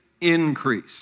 increase